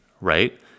right